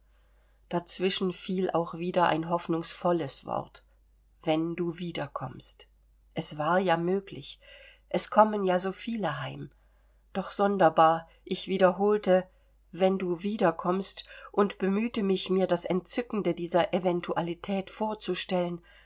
dazwischen fiel auch wieder ein hoffnungsvolles wort wenn du wiederkommst es war ja möglich es kommen ja so viele heim doch sonderbar ich wiederholte wenn du wiederkommst und bemühte mich mir das entzückende dieser eventualität vorzustellen